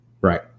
Right